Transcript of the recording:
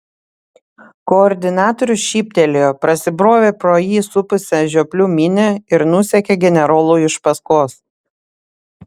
koordinatorius šyptelėjo prasibrovė pro jį supusią žioplių minią ir nusekė generolui iš paskos